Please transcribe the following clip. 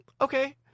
okay